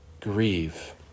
grieve